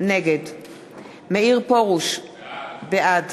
נגד מאיר פרוש, בעד